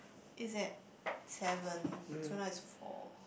is at seven so now is four